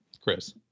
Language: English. Chris